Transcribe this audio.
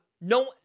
no